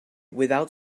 without